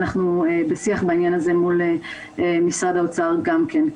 ואנחנו בשיח בעניין הזה מול משרד האוצר גם כן.